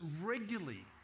regularly